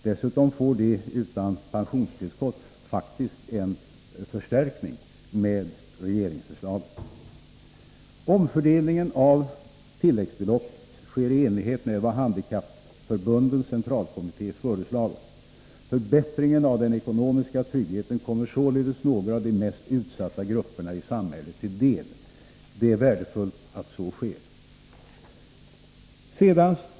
Dessutom får de som saknar pensionstillskott faktiskt en förstärkning enligt regeringsförslaget. Omfördelningen av tilläggsbeloppet sker i enlighet med vad Handikappförbundens centralkommitté har föreslagit. Förbättringen av den ekonomiska tryggheten kommer således några av de mest utsatta grupperna i samhället till del. Det är värdefullt att så sker.